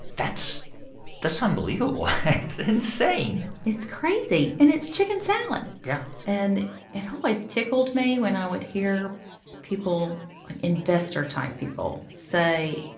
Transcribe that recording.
that's that's unbelievable. it's insane it's crazy. and it's chicken salad yeah and it always tickled me when i would hear people like, investor-type people say,